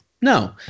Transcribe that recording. No